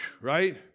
Right